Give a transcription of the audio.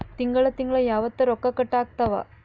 ತಿಂಗಳ ತಿಂಗ್ಳ ಯಾವತ್ತ ರೊಕ್ಕ ಕಟ್ ಆಗ್ತಾವ?